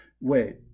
Wait